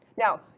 Now